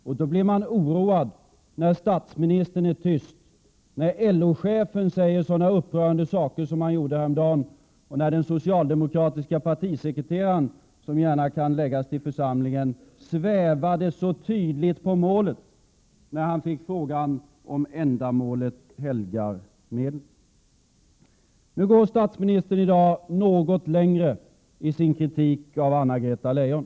Därför blir man oroad, när statsministern är tyst, när LO-chefen säger sådana upprörande saker som han gjorde häromdagen och när den socialdemokratiske partisekreteraren — som gärna kan läggas till församlingen — svävade så tydligt på målet när han fick frågan om huruvida ändamålet helgar medlen. I dag går statsministern något längre i sin kritik av Anna-Greta Leijon.